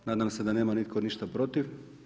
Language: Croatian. Nadam se da nema nitko ništa protiv.